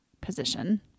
position